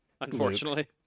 Unfortunately